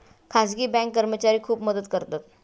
खाजगी बँक कर्मचारी खूप मदत करतात